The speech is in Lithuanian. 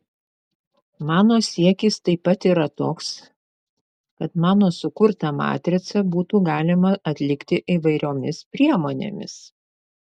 mano siekis taip pat yra toks kad mano sukurtą matricą būtų galima atlikti įvairiomis priemonėmis